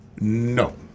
No